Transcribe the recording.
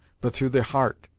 but through the heart.